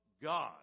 God